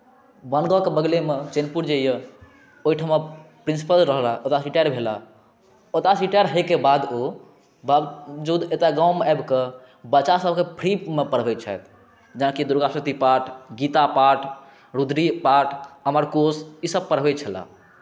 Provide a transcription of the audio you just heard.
मालदहके बगलेमेँ चेतपुर जे यए ओहिठाम प्रिंसिपल रहलाह ओतयसँ रिटायर्ड भेलाह ओतयसँ रिटायर होइके बाद ओ बावजूद एतहु गाँवमे आबिके बच्चासभकेँ फ्रीमे पढ़बैत छथि जेनाकि दुर्गा शप्तशती पाठ गीता पाठ रुद्री पाठ अमरकोष ईसभ पढ़बैत छलाह